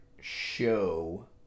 show